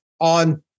on